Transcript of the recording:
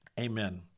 Amen